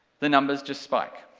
the numbers just spike.